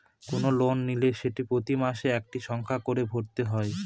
কোনো লোন নিলে সেটা প্রতি মাসে একটা সংখ্যা করে ভরতে হয়